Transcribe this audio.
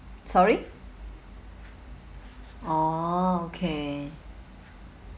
sorry oh okay